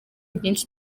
byinshi